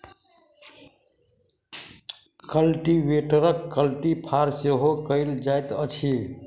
कल्टीवेटरकेँ कल्टी फार सेहो कहल जाइत अछि